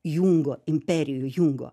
jungo imperijų jungo